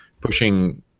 pushing